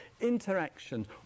interaction